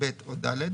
(ב) או (ד),